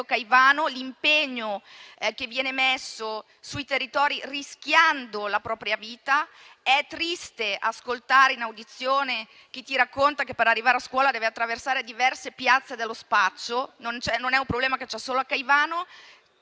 Caivano - dell'impegno che viene messo sui territori rischiando la propria vita. È triste ascoltare in audizione chi ti racconta che, per arrivare a scuola, deve attraversare diverse piazze dello spaccio. Non è un problema che c'è solo Caivano.